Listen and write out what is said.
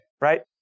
Right